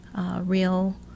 real